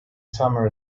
summer